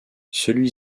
celui